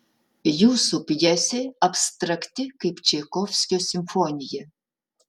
jūsų pjesė abstrakti kaip čaikovskio simfonija